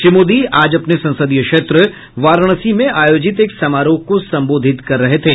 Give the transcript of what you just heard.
श्री मोदी आज अपने संसदीय क्षेत्र वाराणसी में आयोजित एक समारोह को संबोधित कर रहे थे